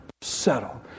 settle